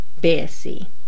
Bessie